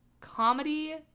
comedy